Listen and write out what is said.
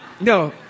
No